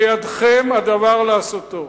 בידכם הדבר לעשותו.